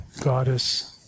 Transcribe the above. goddess